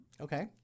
Okay